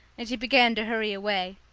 and she began to hurry away.